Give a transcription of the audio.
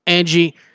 Angie